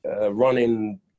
Running